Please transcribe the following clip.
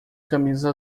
camisa